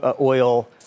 oil